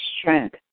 strength